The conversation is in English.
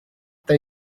they